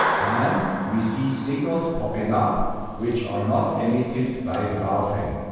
and we see signals popping up which are not emitted by the baofeng.